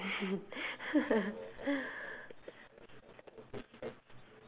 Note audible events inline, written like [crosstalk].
[laughs]